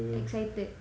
excited